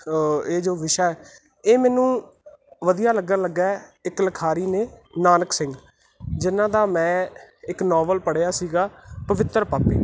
ਇਹ ਜੋ ਵਿਸ਼ਾ ਇਹ ਮੈਨੂੰ ਵਧੀਆ ਲੱਗਣ ਲੱਗਾ ਇੱਕ ਲਿਖਾਰੀ ਨੇ ਨਾਨਕ ਸਿੰਘ ਜਿਹਨਾਂ ਦਾ ਮੈਂ ਇੱਕ ਨਾਵਲ ਪੜਿਆ ਸੀਗਾ ਪਵਿੱਤਰ ਪਾਪੀ